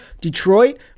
Detroit